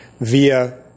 via